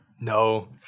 No